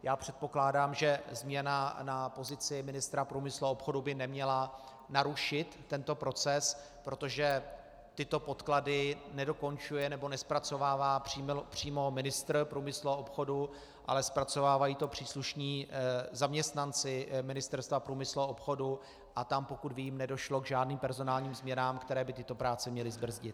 Já předpokládám, že změna na pozici ministra průmyslu a obchodu by neměla narušit tento proces, protože tyto podklady nedokončuje nebo nezpracovává přímo ministr průmyslu a obchodu, ale zpracovávají to příslušní zaměstnanci Ministerstva průmyslu a obchodu a tam, pokud vím, nedošlo k žádným personálním změnám, které by tyto práce měly zbrzdit.